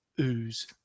ooze